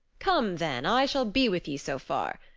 come, then, i shall be with ye so far.